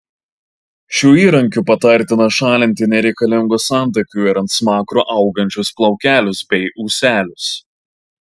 šiuo įrankiu patartina šalinti nereikalingus antakių ir ant smakro augančius plaukelius bei ūselius